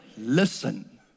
Listen